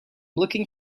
looking